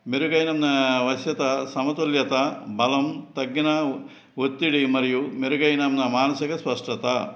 మెరుగైన వస్యత సమతుల్యత బలం తగ్గిన ఒత్తిడి మరియు మెరుగైన మానసిక స్పష్టత